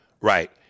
Right